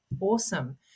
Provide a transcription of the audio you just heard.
awesome